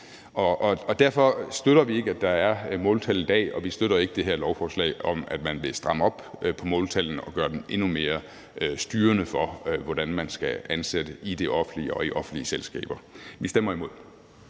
Derfor støtter vi ikke, at der er måltal i dag, og vi støtter ikke det her lovforslag om, at man vil stramme op på måltallene og gøre dem endnu mere styrende for, hvordan man skal ansætte i det offentlige og i offentlige selskaber. Vi stemmer imod.